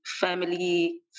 family